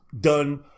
done